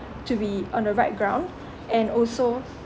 to be on the right ground and also